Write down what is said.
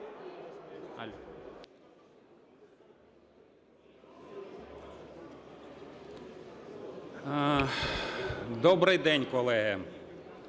Добрий день, колеги!